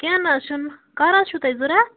کیٚنٛہہ نہَ حظ چھُنہٕ کَر حظ چھُو تۄہہِ ضروٗرت